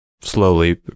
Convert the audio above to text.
slowly